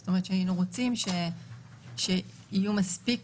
זאת אומרת שהיינו רוצים שיהיו מספיק